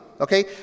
okay